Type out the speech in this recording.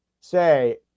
say